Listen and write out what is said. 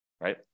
right